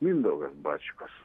mindaugas bačkus